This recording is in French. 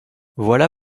voilà